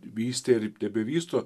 vystė ir tebevysto